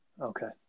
Okay